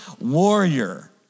warrior